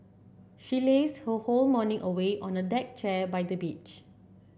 she lazed her whole morning away on a deck chair by the beach